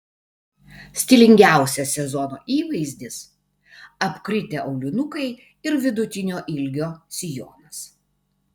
stilingiausias sezono įvaizdis apkritę aulinukai ir vidutinio ilgio sijonas